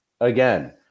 again